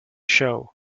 show